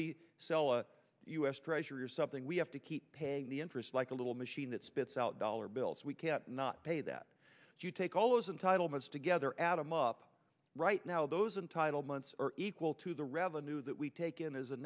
we sell a u s treasury or something we have to keep paying the interest like a little machine that spits out dollar bills we can not pay that you take all those entitle months together adam up right now those entitlements are equal to the revenue that we take in as a